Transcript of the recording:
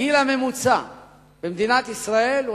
הגיל הממוצע במדינת ישראל הוא